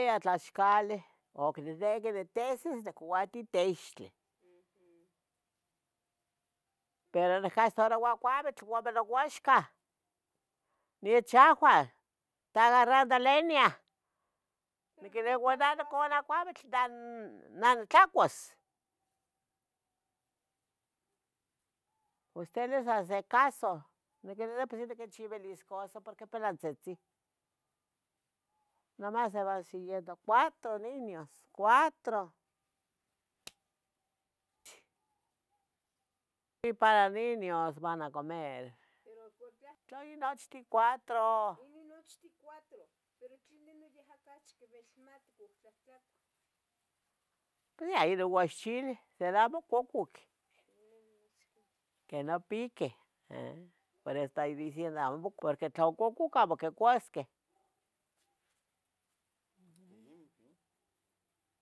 Tlaxcalih oc didequi ditesis dincouatiu teixtle, (aja) pero nicastaroua couitl uome nouaxcan…ruido nechahuah: "¡tada rato leña!" voces cuidado cana pouitl, ¿nah nitlacuas?. "Usted les hace caso." Niquilvia: de por sí, niquinchivilis cosa porqui palantzitzin. Nomás se van siguiendo ¡cuatro, niños!, ¡cuatro! ruido y para niños van a comer. ¿Pero por qué? tla inochi ¡Cuatro! "Inochi ticuatro", pero ¿tleno non yeh quivalmatih cotlahtlacuah? Pues yeh inon uaxchile de tlen amo cococ. Que no pieque. ¡eh!, por eso estoy diciendo, amo, porque tla ocuc amo quicuasqueh. ruido